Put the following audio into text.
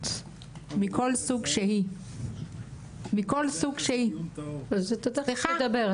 מכל סוג שהיא --- פופוליזם --- תיכף תדבר,